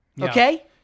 Okay